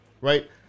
Right